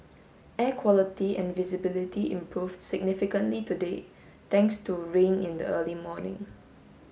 air quality and visibility improved significantly today thanks to rain in the early morning